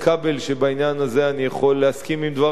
שבעניין הזה אני יכול להסכים עם דבריו?